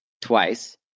twice